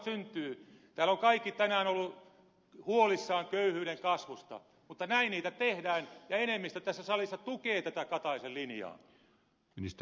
täällä ovat kaikki tänään olleet huolissaan köyhyyden kasvusta mutta näin niitä tehdään ja enemmistö tässä salissa tukee tätä kataisen linjaa